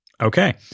okay